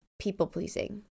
people-pleasing